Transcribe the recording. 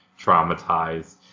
traumatized